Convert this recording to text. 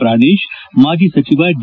ಪ್ರಾಣೇಶ್ ಮಾಜಿ ಸಚಿವ ಡಿ